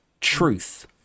truth